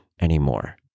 anymore